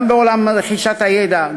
גם בעולם רכישת הידע,